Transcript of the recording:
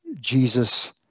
Jesus